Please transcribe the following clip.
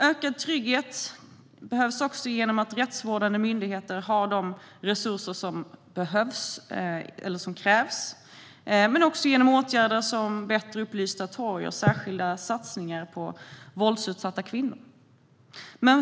Ökad trygghet behövs även genom att rättsvårdande myndigheter har de resurser som krävs, men också genom åtgärder som bättre upplysta torg och särskilda satsningar på våldsutsatta kvinnor.